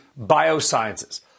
Biosciences